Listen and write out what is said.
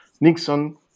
Nixon